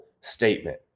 statement